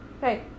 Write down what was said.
Hey